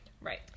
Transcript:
Right